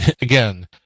again